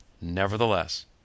nevertheless